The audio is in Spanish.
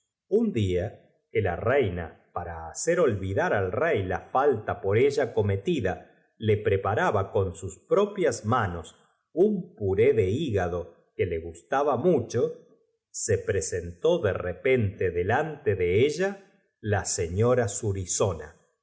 un dia que la reina para hacer olvidar al rey la falta por ella cometida le pre nes que podían echarles resolvieron apro paraba con sus propias manos un puté de vechar la buena suerte que se les presen hígado que le gustaba mucho se presentaba sin que ellos supieran cómo tó de repente delante de ella la seiiora sual